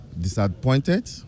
disappointed